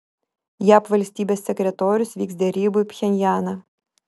jav valstybės sekretorius vyks derybų į pchenjaną